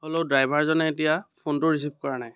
হ'লেও ড্ৰাইভাৰজনে এতিয়া ফোনটো ৰিচিভ কৰা নাই